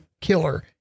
killer